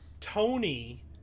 Tony